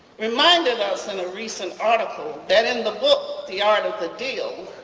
reminded us and ah recent article that in the book the art of the deal,